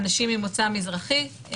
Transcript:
אנשים ממוצא מזרחי,